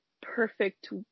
perfect